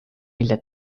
mille